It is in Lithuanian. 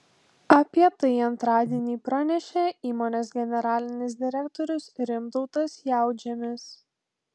apie tai antradienį pranešė įmonės generalinis direktorius rimtautas jautžemis